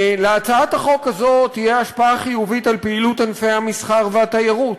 להצעת החוק הזאת תהיה השפעה חיובית על פעילות ענפי המסחר והתיירות.